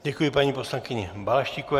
Děkuji paní poslankyni Balaštíkové.